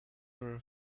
were